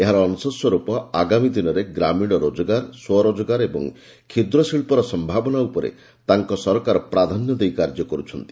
ଏହାର ଅଂଶସ୍ୱର୍ପ ଆଗାମୀ ଦିନରେ ଗ୍ରାମୀଣ ରୋଜଗାର ସ୍ୱ ରୋଜଗାର ଏବଂ କ୍ଷୁଦ୍ର ଶିଳ୍ପର ସମ୍ଭାବନା ଉପରେ ତାଙ୍କ ସରକାର ପ୍ରାଧାନ୍ୟ ଦେଇ କାର୍ଯ୍ୟ କରୁଛନ୍ତି